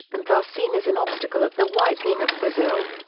and thus seen as an obstacle of the whitening of brazil.